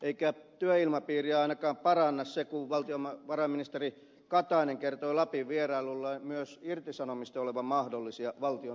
eikä työilmapiiriä ainakaan paranna se että valtiovarainministeri katainen kertoi lapin vierailullaan myös irtisanomisten olevan mahdollisia valtion organisaatioissa